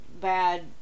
bad